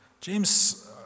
James